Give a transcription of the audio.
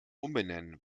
umbenennen